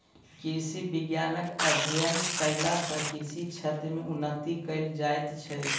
कृषि विज्ञानक अध्ययन कयला सॅ कृषि क्षेत्र मे उन्नति कयल जाइत छै